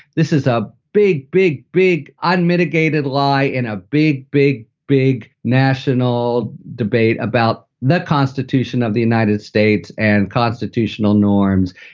this is a big, big, big, unmitigated lie in a big, big, big national debate about the constitution of the united states and constitutional norms.